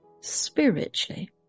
spiritually